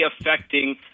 affecting